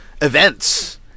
events